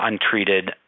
untreated